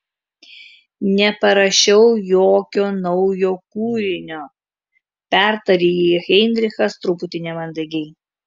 neparašiau jokio naujo kūrinio pertarė jį heinrichas truputį nemandagiai